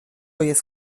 jest